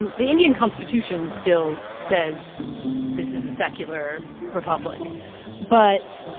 and the indian constitution still says this is a secular republic but,